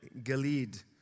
Galid